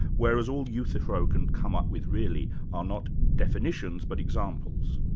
whereas all euthyphro can come up with really are not definitions but examples.